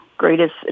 greatest